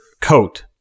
coat